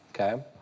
Okay